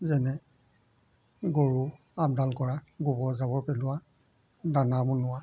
যেনে গৰু আপডাল কৰা গোবৰ জাবৰ পেলোৱা দানা বনোৱা